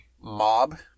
mob